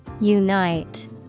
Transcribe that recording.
Unite